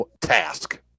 Task